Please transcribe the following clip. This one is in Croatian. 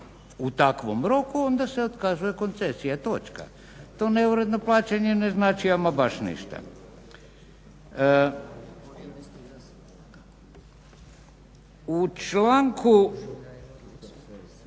u takvom roku onda se otkazuje koncesija, točka. To neuredno plaćanje ne znači ama baš ništa. U članku